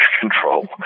control